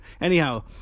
Anyhow